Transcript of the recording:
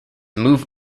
move